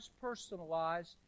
personalized